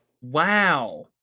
Wow